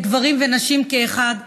לגברים ולנשים כאחד,